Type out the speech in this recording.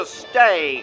stay